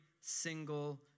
single